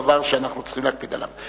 דבר שאנחנו צריכים להקפיד עליו.